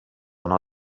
una